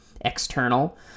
external